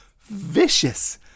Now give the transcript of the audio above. vicious